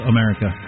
America